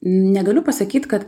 negaliu pasakyt kad